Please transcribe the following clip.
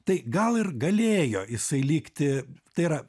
tai gal ir galėjo jisai likti tai yra